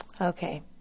Okay